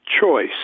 choice